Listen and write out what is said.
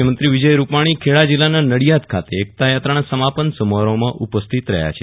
મુખ્યમંત્રી વિજય રૂપાણી ખેડા જિલ્લાના નડિયાદ ખાતે એકતાયાત્રાના સમાપન સમારોહમાં ઉપસ્થિત રહ્યા છે